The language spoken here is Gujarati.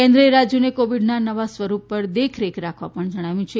કેન્દ્રએ રાજ્યોને કોવિડના નવા સ્વરૂપ પર દેખરેખ રાખવા જણાવ્યું છે